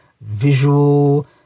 visual